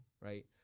right